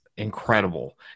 incredible